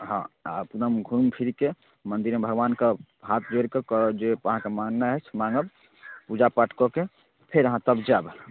हँ अपना घुमि फिरि कऽ मन्दिरमे भगवानके हाथ जोड़ि कऽ जे अहाँके जे मङ्गनाइ अछि माङ्गब पूजा पाठ कऽ के फेर अहाँ तब जायब